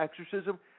exorcism